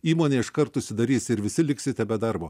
įmonė iškart užsidarys ir visi liksite be darbo